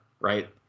right